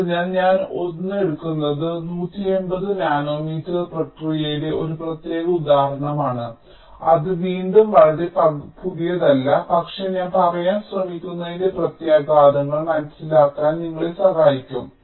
അതിനാൽ ഞാൻ ഒരു എടുക്കുന്നത് 180 നാനോമീറ്റർ പ്രക്രിയയുടെ ഒരു പ്രത്യേക ഉദാഹരണമാണ് അത് വീണ്ടും വളരെ പുതിയതല്ല പക്ഷേ ഞാൻ പറയാൻ ശ്രമിക്കുന്നതിന്റെ പ്രത്യാഘാതങ്ങൾ മനസ്സിലാക്കാൻ ഇത് ഞങ്ങളെ സഹായിക്കും